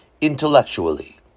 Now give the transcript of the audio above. intellectually